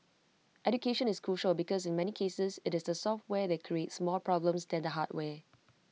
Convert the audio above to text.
education is crucial because in many cases IT is the software that creates more problems than the hardware